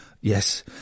Yes